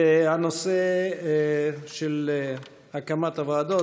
והנושא של הקמת הוועדות,